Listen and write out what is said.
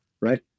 Right